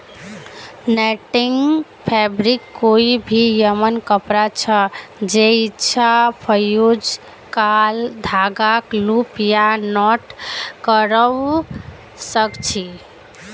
netting fabric कोई भी यममन कपड़ा छ जैइछा फ़्यूज़ क्राल धागाक लूप या नॉट करव सक छी